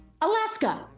alaska